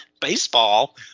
Baseball